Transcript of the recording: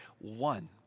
One